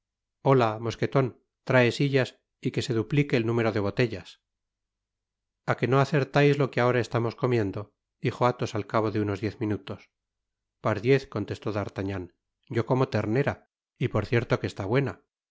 hola mosqueton trae sillas y que se duplique el número de botellas a qué no acertais lo que ahora estamos comiendo dijo alhos al cabo de irnos diez minutos pardiez contestó d'artagnan yo como ternera y por cierto que está buena